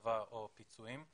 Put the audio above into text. השבה או פיצויים.